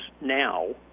now